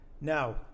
Now